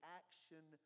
action